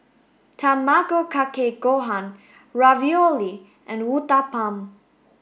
Tamago Kake Gohan Ravioli and Uthapam